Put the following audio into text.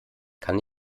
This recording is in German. kann